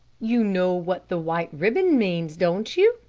you know what the white ribbon means, don't you?